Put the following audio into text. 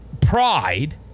Pride